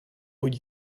would